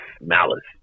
malice